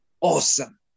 awesome